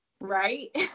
Right